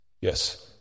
Yes